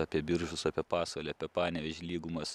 apie biržus apie pasvalį apie panevėžio lygumas